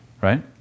right